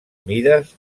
mides